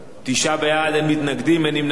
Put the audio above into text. אין מתנגדים, אין נמנעים.